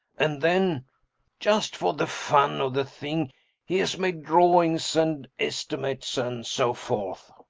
and then just for the fun of the thing he has made drawings and estimates and so forth